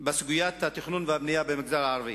בסוגיית התכנון והבנייה במגזר הערבי,